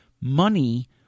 money